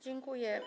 Dziękuję.